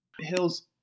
hills